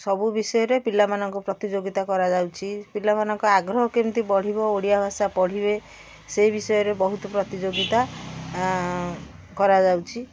ସବୁ ବିଷୟରେ ପିଲାମାନଙ୍କ ପ୍ରତିଯୋଗିତା କରାଯାଉଛି ପିଲାମାନଙ୍କ ଆଗ୍ରହ କେମିତି ବଢ଼ିବ ଓଡ଼ିଆ ଭାଷା ପଢ଼ିବେ ସେହି ବିଷୟରେ ବହୁତ ପ୍ରତିଯୋଗିତା କରାଯାଉଛି